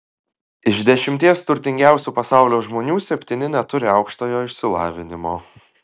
iš dešimties turtingiausių pasaulio žmonių septyni neturi aukštojo išsilavinimo